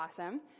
awesome